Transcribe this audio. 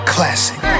Classic